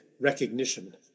recognition